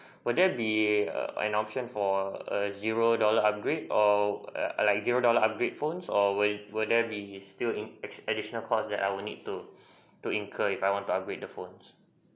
would there be an option for a zero dollar upgrade or like a zero dollar upgrade phone or will will there be still add~ additional cost that I would need to to incur if I want to upgrade the phones